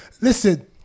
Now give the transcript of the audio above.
Listen